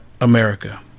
America